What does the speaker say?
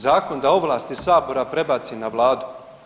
Zakon da ovlasti sabora prebaci na Vladu.